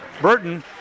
Burton